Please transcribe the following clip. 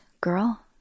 girl